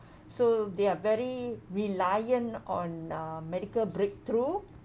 so they are very reliant on uh medical breakthrough